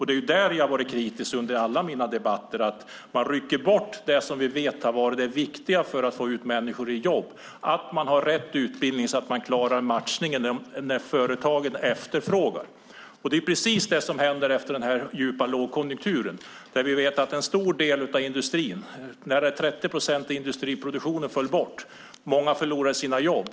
Det är där jag har varit kritisk under alla mina debatter, kritisk mot att man rycker bort det som vi vet har varit det viktiga för att få ut människor i jobb, att de har rätt utbildning så att de klarar matchningen när företagen efterfrågar arbetskraft. Under den djupa lågkonjunkturen vet vi att nära 30 procent av industriproduktionen föll bort och många förlorade sina jobb.